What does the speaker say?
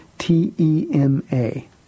T-E-M-A